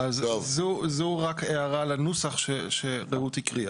זו רק הערה לנוסח שרעות הקריאה.